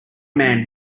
man